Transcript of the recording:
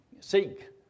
Seek